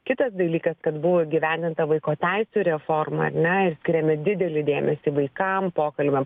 kitas dalykas kad buvo įgyvendinta vaiko teisių reforma ar ne ir skiriame didelį dėmesį vaikam pokalbiam